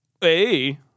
hey